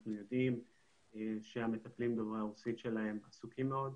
אנחנו יודעים שהמטפלים דוברי הרוסית שלהם עסוקים מאוד,